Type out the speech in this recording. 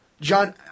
John